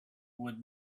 would